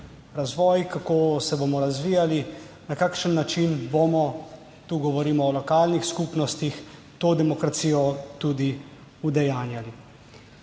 kako se bomo razvijali, na kakšen način bomo, tu govorimo o lokalnih skupnostih, to demokracijo tudi udejanjali.